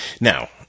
Now